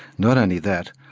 not only that,